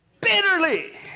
bitterly